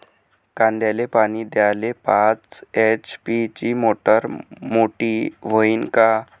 कांद्याले पानी द्याले पाच एच.पी ची मोटार मोटी व्हईन का?